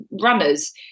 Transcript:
runners